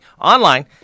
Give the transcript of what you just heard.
online